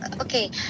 Okay